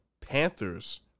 Panthers